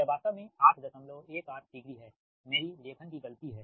यह वास्तव में 818 डिग्री हैमेरी लेखन की गलती है